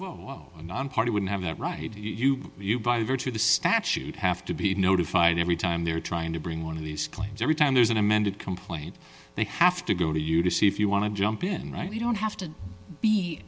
to party wouldn't have that right you by virtue of the statute have to be notified every time they're trying to bring one of these claims every time there's an amended complaint they have to go to you to see if you want to jump in you don't have to be